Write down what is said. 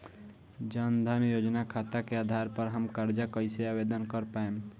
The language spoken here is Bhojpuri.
जन धन योजना खाता के आधार पर हम कर्जा कईसे आवेदन कर पाएम?